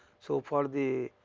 so, for the